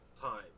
time